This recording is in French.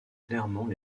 clairement